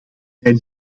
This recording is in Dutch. zijn